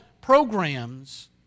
programs